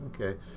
Okay